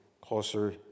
closer